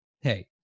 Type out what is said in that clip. hey